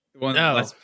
No